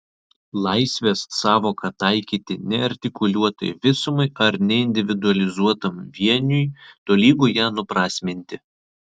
laisvės sąvoką taikyti neartikuliuotai visumai ar neindividualizuotam vieniui tolygu ją nuprasminti